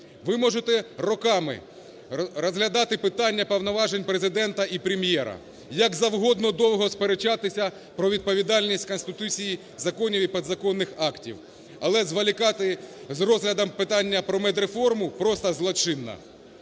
ви можете роками розглядати питання повноважень Президента і Прем'єра, як завгодно довго сперечатися про відповідальність Конституції, законів і підзаконних актів. Але зволікати з розглядом питання про медреформу, просто злочинно.